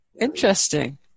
Interesting